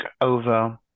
over